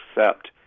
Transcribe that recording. accept